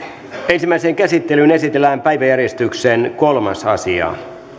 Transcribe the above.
ensimmäiseen käsittelyyn esitellään päiväjärjestyksen kolmas asia